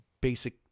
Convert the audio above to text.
basic